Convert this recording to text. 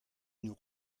nous